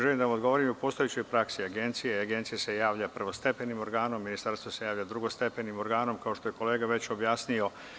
Želim da vam odgovorim, u postojećoj praksi agencije agencija se javlja prvostepenim organom, ministarstvo se javlja drugostepenim organom, kao što je kolega već objasnio.